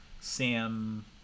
Sam